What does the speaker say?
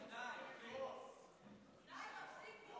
אני ויתרתי על